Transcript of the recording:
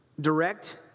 direct